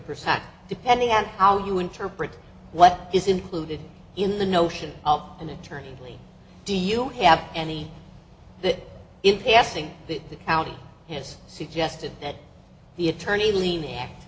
percent depending on how you interpret what is included in the notion of an attorney do you have any that if the asking the county has suggested that the attorney